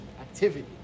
activity